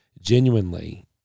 genuinely